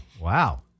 Wow